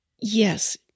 Yes